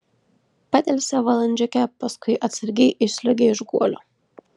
padelsė valandžiukę paskui atsargiai išsliuogė iš guolio